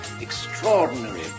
extraordinary